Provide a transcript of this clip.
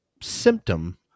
symptom